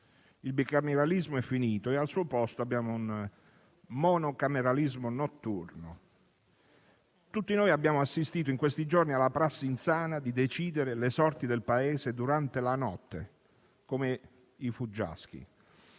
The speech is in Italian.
Il bicameralismo è finito e al suo posto abbiamo un monocameralismo notturno. Tutti noi abbiamo assistito in questi giorni alla prassi insana di decidere le sorti del Paese durante la notte, come i fuggiaschi,